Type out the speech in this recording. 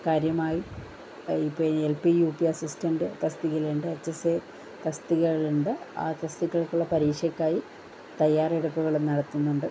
കാര്യമായി ഇപ്പോൾ ഈ എൽപി യുപി അസിസ്റ്റൻ്റ് തസ്തികയിലിണ്ട് എച്ച് എസ് എ തസ്തികകളിലുണ്ട് ആ തസ്തികകൾക്കുള്ള പരീക്ഷക്കായി തയ്യാറെടുപ്പുകളും നടത്തുന്നുണ്ട്